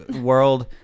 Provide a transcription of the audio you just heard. world